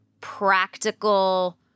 practical